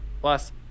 Plus